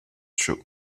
show